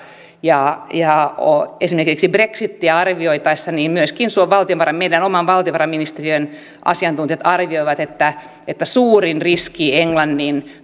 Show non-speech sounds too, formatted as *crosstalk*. ja ja esimerkiksi brexitiä arvioitaessa myöskin meidän oman valtiovarainministeriön asiantuntijat arvioivat että että suurin riski englannin *unintelligible*